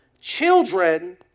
children